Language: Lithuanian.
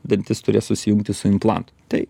dantis turės susijungti su implantu taip